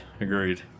Agreed